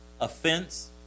offense